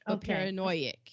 paranoid